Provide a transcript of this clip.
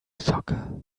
soccer